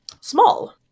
small